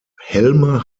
helme